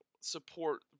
support